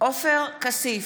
עופר כסיף,